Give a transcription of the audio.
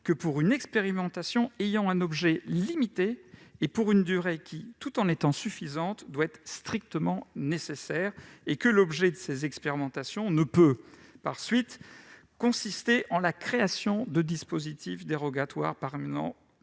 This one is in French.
que pour une expérimentation ayant un objet limité et pour une durée qui, tout en étant suffisante, doit être strictement nécessaire et que l'objet de ces expérimentations ne peut, par suite, consister en la création de dispositifs dérogatoires permanents